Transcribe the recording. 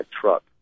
truck